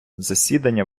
засідання